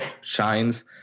shines